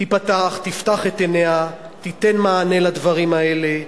תיפתח, תפתח את עיניה, תיתן מענה לדברים האלה.